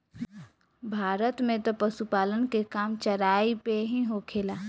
भारत में तअ पशुपालन के काम चराई पे ही होखेला